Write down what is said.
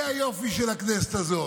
זה היופי של הכנסת הזאת,